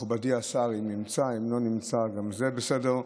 מכובדי השר, אם נמצא, אם לא נמצא, גם זה בסדר.